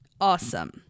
Awesome